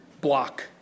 block